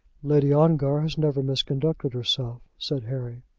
lady ongar has never misconducted herself, said harry.